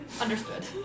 Understood